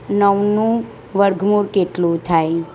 નવનું વર્ગમૂળ કેટલું થાય